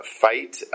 fight